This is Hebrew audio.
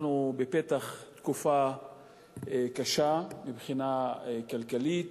אנחנו בפתח תקופה קשה מבחינה כלכלית,